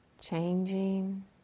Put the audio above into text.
changing